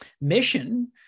mission